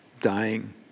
dying